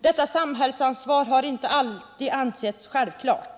Detta samhällsansvar har inte alltid ansetts självklart.